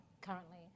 currently